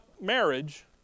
marriage